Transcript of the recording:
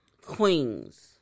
Queens